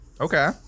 Okay